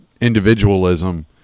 individualism